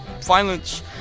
violence